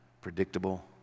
predictable